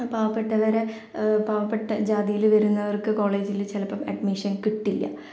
പാവപ്പെട്ടവരെ പാവപ്പെട്ട ജാതിയിൽ വരുന്നവർക്ക് കോളേജിൽ ചിലപ്പം അഡ്മിഷൻ കിട്ടില്ല